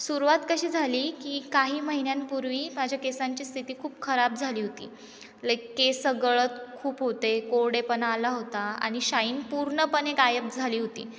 सुरुवात कशी झाली की काही महिन्यांपूर्वी माझ्या केसांची स्थिती खूप खराब झाली होती लाईक केस गळत खूप होते कोरडेपणा आला होता आणि शाईन पूर्णपणे गायब झाली होती